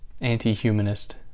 anti-humanist